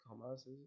commerce